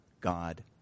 God